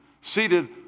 seated